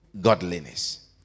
godliness